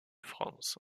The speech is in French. france